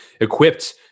equipped